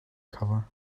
cover